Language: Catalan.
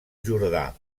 jordà